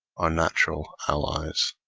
are natural allies.